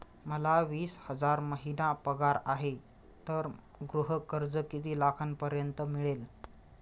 मला वीस हजार महिना पगार आहे तर मला गृह कर्ज किती लाखांपर्यंत मिळेल?